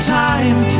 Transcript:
time